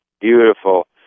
Beautiful